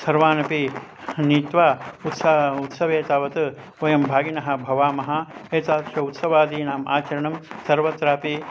सर्वानपि नीत्वा उत्साहं उत्सवे तावत् वयं भागिनः भवामः एतादृश उत्सवादीनाम् आचरणं सर्वत्रापि